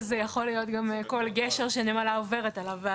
אז זה יכול להיות גם כל גשר שנמלה עוברת עליו.